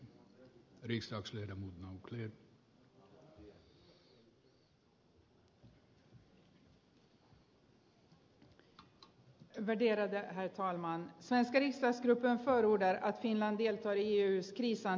svenska riksdagsgruppen förordar att finland deltar i eus krishanteringsoperation atalanta utanför somalias kuster i adenbukten och indiska oceanen